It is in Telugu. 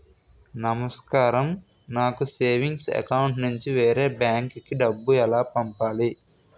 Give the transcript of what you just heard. నమస్కారం నాకు సేవింగ్స్ అకౌంట్ నుంచి వేరే బ్యాంక్ కి డబ్బు ఎలా పంపాలి?